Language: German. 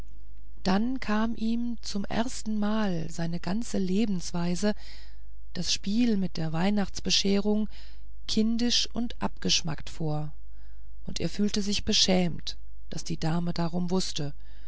dann kam ihm zum erstenmal seine ganze lebensweise das spiel mit der weihnachtsbescherung kindisch und abgeschmackt vor und er fühlte sich beschämt daß die dame darum wußte